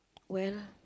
where ah